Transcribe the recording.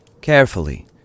carefully